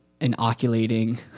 inoculating